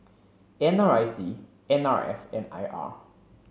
N R I C N R F and I R